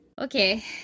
Okay